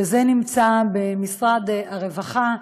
זה נמצא במשרד הרווחה.